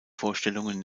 vorstellungen